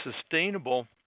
sustainable